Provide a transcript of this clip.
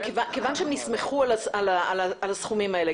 כיוון שנסמכו על הסכומים האלה,